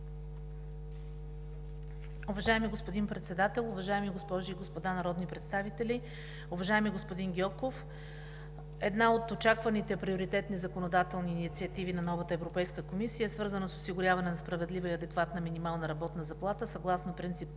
Уважаеми господин Председател, уважаеми госпожи и господа народни представители! Уважаеми господин Гьоков, една от очакваните приоритетни законодателни инициативи на новата Европейска комисия е свързана с осигуряване на справедлива и адекватна минимална работна заплата, съгласно Принцип